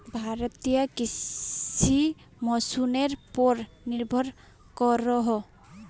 भारतीय कृषि मोंसूनेर पोर निर्भर करोहो